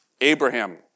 Abraham